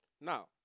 Now